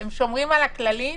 הם שומרים על הכללים.